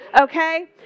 Okay